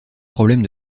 problèmes